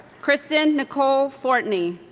kristen nicole fortney